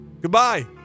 Goodbye